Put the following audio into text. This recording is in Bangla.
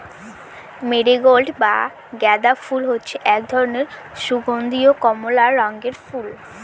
মেরিগোল্ড বা গাঁদা ফুল হচ্ছে এক ধরনের সুগন্ধীয় কমলা রঙের ফুল